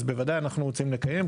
אז בוודאי אנחנו רוצים לקיים,